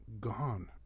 gone